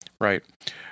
right